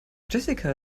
jessica